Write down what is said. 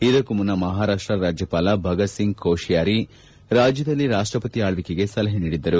ಇದಕ್ಕೂ ಮುನ್ನ ಮಹಾರಾಷ್ವ ರಾಜ್ಯಪಾಲ ಭಗತ್ ಸಿಂಗ್ ಕೋಶಿಯಾರಿ ರಾಜ್ಯದಲ್ಲಿ ರಾಷ್ವಪತಿ ಆಳ್ವಿಕೆಗೆ ಸಲಹೆ ನೀಡಿದ್ದರು